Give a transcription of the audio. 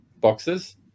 boxes